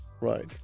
Right